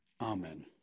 Amen